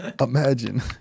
imagine